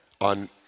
on